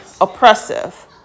oppressive